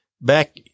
back